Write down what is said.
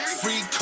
free